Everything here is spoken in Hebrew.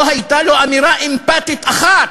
לא הייתה לו אמירה אמפתית אחת,